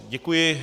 Děkuji.